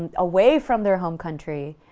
ah away from their home country,